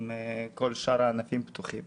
אם כל שאר הענפים פתוחים.